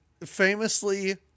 Famously